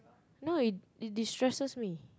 no it it destresses me